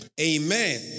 Amen